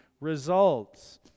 results